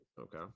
okay